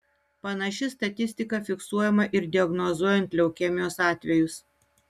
panaši statistika fiksuojama ir diagnozuojant leukemijos atvejus